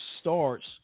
starts